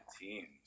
teams